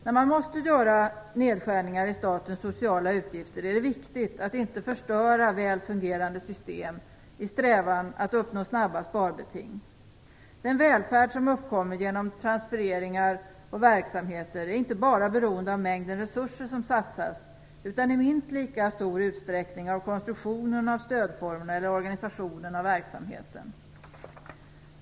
När man måste göra nedskärningar i statens sociala utgifter är det viktigt att inte förstöra väl fungerande system i strävan att snabbt uppnå sparbeting. Den välfärd som uppkommer genom transfereringar och verksamheter är inte bara beroende av mängden resurser som satsas. utan i minst lika stor utsträckning av konstruktionerna av stödformerna eller organisationen av verksamheten.